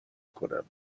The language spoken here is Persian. کنم